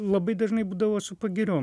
labai dažnai būdavo su pagiriom